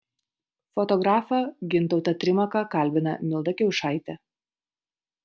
fotografą gintautą trimaką kalbina milda kiaušaitė